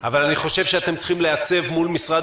אבל אני חושב שאתם צריכים לעצב מול משרד